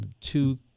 two